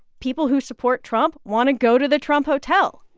people who support trump want to go to the trump hotel.